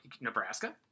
Nebraska